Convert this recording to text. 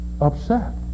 upset